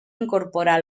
incorporar